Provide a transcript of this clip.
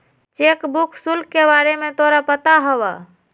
Cheque book शुल्क के बारे में तोरा पता हवा?